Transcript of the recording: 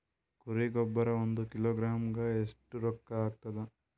ಕುರಿ ಗೊಬ್ಬರ ಒಂದು ಕಿಲೋಗ್ರಾಂ ಗ ಎಷ್ಟ ರೂಕ್ಕಾಗ್ತದ?